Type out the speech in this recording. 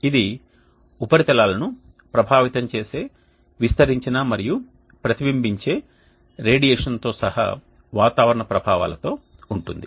ఇది ఉపరితలాలను ప్రభావితం చేసే విస్తరించిన మరియు ప్రతిబింబించే రేడియేషన్తో సహా వాతావరణ ప్రభావాలతో ఉంటుంది